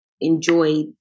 enjoy